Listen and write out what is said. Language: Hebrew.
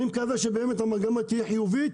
אני מקווה שבאמת המגמה תהיה חיובית,